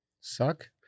Suck